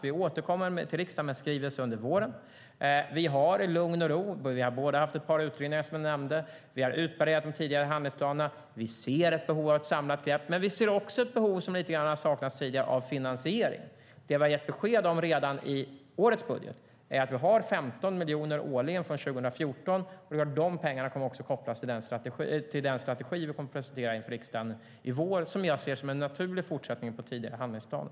Vi återkommer till riksdagen med en skrivelse under våren. Vi har haft ett par utredningar, som jag nämnde. Vi har utvärderat de tidigare handlingsplanerna. Vi ser ett behov av ett samlat grepp, men vi ser också ett behov, som lite grann har saknats tidigare, av finansiering. Det vi har gett besked om redan i årets budget är att vi har 15 miljoner årligen från 2014. Det är klart att de pengarna också kommer att kopplas till den strategi som vi kommer att presentera för riksdagen i vår, som jag ser som en naturlig fortsättning på tidigare handlingsplaner.